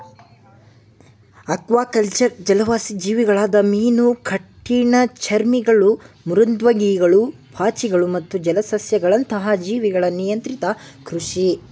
aquaculture ಜಲವಾಸಿ ಜೀವಿಗಳಾದ ಮೀನು ಕಠಿಣಚರ್ಮಿಗಳು ಮೃದ್ವಂಗಿಗಳು ಪಾಚಿಗಳು ಮತ್ತು ಜಲಸಸ್ಯಗಳಂತಹ ಜೀವಿಗಳ ನಿಯಂತ್ರಿತ ಕೃಷಿ